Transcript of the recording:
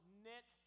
knit